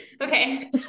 Okay